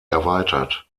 erweitert